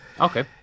Okay